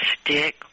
stick